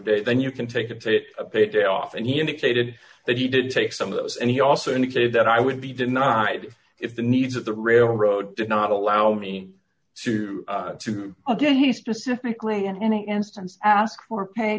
day then you can take a day off and he indicated that he did take some of those and he also indicated that i would be denied if the needs of the railroad did not allow me to to again he specifically in any instance ask for pay